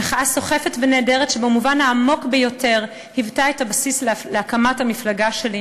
מחאה סוחפת ונהדרת שבמובן העמוק ביותר הייתה הבסיס להקמת המפלגה שלי,